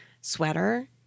sweater